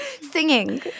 Singing